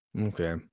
Okay